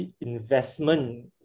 investment